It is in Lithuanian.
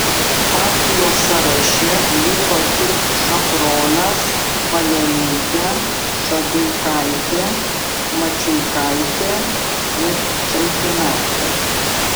partijos sąraše liko tik šafronas balionytė šaduikaitė mačiuikaitė ir čaikinaitė